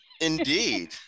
Indeed